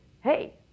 hey